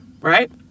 right